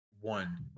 one